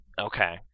Okay